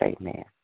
Amen